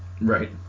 right